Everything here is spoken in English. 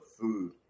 food